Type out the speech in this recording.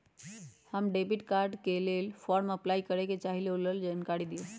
हम debit card के लेल फॉर्म अपलाई करे के चाहीं ल ओकर जानकारी दीउ?